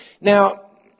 Now